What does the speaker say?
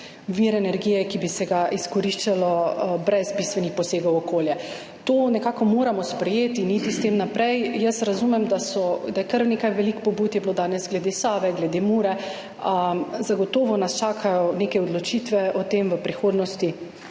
vir energije, ki bi se ga izkoriščalo brez bistvenih posegov v okolje. To nekako moramo sprejeti in iti s tem naprej. Razumem, da so, kar nekaj, veliko pobud je bilo danes glede Save, glede Mure, zagotovo nas čakajo neke odločitve o tem v prihodnosti.